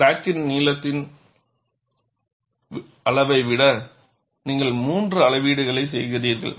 கிராக்கின் நீளத்தை அளவிட நீங்கள் 3 அளவீடுகளை செய்கிறீர்கள்